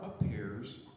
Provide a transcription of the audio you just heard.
appears